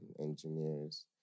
engineers